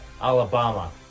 Alabama